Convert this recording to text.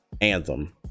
anthem